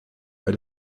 bei